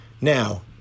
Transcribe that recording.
Now